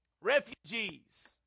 refugees